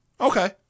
Okay